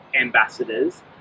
ambassadors